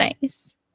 nice